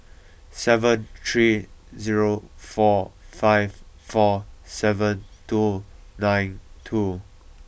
seven three zero four five four seven two nine two